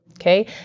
Okay